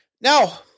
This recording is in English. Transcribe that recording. now